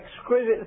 exquisite